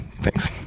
Thanks